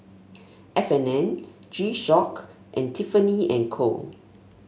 F and N G Shock and Tiffany And Co